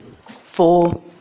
Four